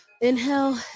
Inhale